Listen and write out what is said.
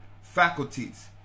faculties